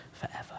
forever